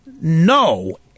no